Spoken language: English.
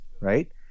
right